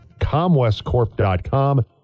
comwestcorp.com